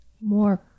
More